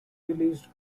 released